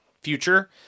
future